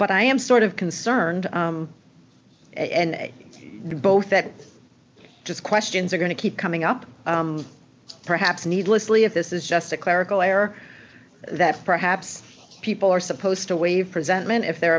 but i am sort of concerned and both that just questions are going to keep coming up perhaps needlessly if this is just a clerical error that perhaps people are supposed to waive presentment if they're